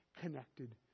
connected